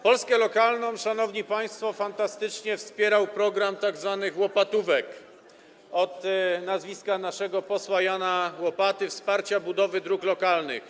Polskę lokalną, szanowni państwo, fantastycznie wspierał program tzw. łopatówek, od nazwiska naszego posła Jana Łopaty, program wsparcia budowy dróg lokalnych.